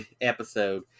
episode